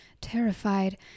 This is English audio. terrified